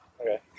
Okay